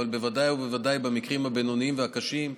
אבל בוודאי ובוודאי במקרים הבינוניים והקשים,